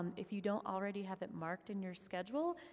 if you don't already have it marked in your schedule,